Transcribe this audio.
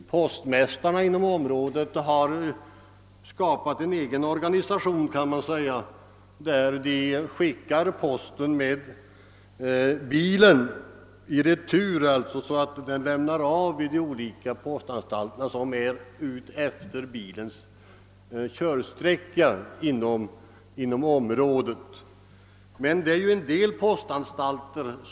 Post mästarna inom området har emellertid skapat en egen organisation, enligt vilken posten skickas i retur med postbilen, varifrån den lämnas av vid de olika postanstalterna längs den sträcka inom området som bilen trafikerar.